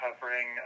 covering